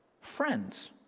friends